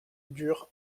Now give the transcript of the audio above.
dure